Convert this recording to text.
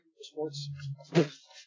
sports